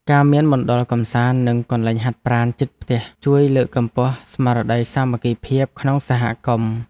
ការមានមណ្ឌលកម្សាន្តនិងកន្លែងហាត់ប្រាណជិតផ្ទះជួយលើកកម្ពស់ស្មារតីសាមគ្គីភាពក្នុងសហគមន៍។